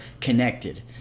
connected